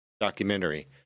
documentary